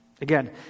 Again